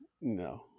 No